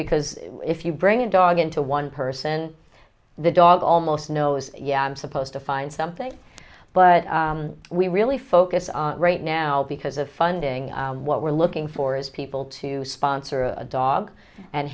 because if you bring a dog into one person the dog almost knows yeah i'm supposed to find something but we're really focused on right now because of funding what we're looking for is people to sponsor a dog and